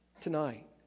tonight